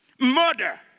Murder